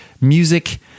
music